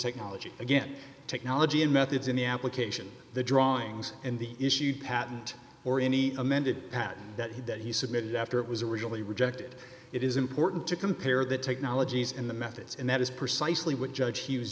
technology again technology and methods in the application the drawings and the issue patent or any amended patent that he that he submitted after it was a really rejected it is important to compare the technologies in the methods and that is precisely what judge he was